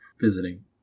visiting